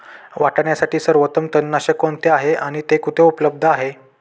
वाटाण्यासाठी सर्वोत्तम तणनाशक कोणते आहे आणि ते कुठे उपलब्ध आहे?